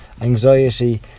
anxiety